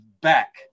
back